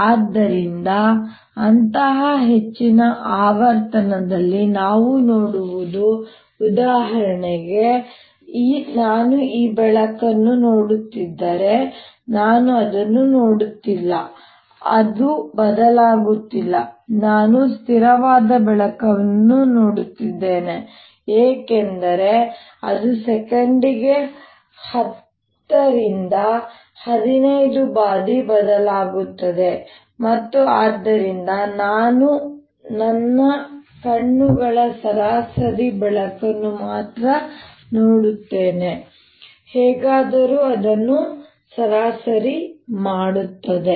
ಆದ್ದರಿಂದ ಅಂತಹ ಹೆಚ್ಚಿನ ಆವರ್ತನದಲ್ಲಿ ನಾವು ನೋಡುವುದು ಉದಾಹರಣೆಗೆ ನಾನು ಈ ಬೆಳಕನ್ನು ನೋಡುತ್ತಿದ್ದರೆ ನಾನು ಅದನ್ನು ನೋಡುತ್ತಿಲ್ಲ ಅದು ಬದಲಾಗುತ್ತಿಲ್ಲ ನಾನು ಸ್ಥಿರವಾದ ಬೆಳಕನ್ನು ನೋಡುತ್ತಿದ್ದೇನೆ ಏಕೆಂದರೆ ಅದು ಸೆಕೆಂಡಿಗೆ ಹತ್ತರಿಂದ ಹದಿನೈದು ಬಾರಿ ಬದಲಾಗುತ್ತದೆ ಮತ್ತು ಆದ್ದರಿಂದ ನಾನು ನನ್ನ ಕಣ್ಣುಗಳ ಸರಾಸರಿ ಬೆಳಕನ್ನು ಮಾತ್ರ ನೋಡುತ್ತೇನೆ ಹೇಗಾದರೂ ಅದನ್ನು ಸರಾಸರಿ ಮಾಡುತ್ತದೆ